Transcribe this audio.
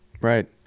Right